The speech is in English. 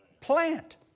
plant